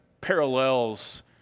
parallels